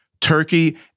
Turkey